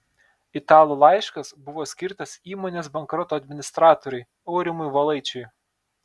italų laiškas buvo skirtas įmonės bankroto administratoriui aurimui valaičiui